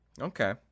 Okay